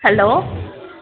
hello